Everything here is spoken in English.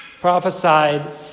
prophesied